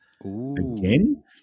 Again